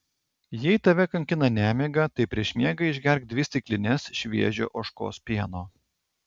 jei tave kankina nemiga tai prieš miegą išgerk dvi stiklines šviežio ožkos pieno